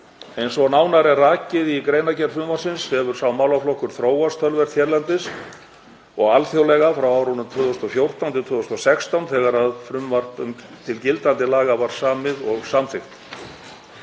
Eins og nánar er rakið í greinargerð frumvarpsins hefur sá málaflokkur þróast töluvert hérlendis og alþjóðlega frá árunum 2014–2016 þegar frumvarp til gildandi laga var samið og samþykkt.